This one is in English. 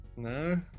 No